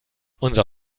unser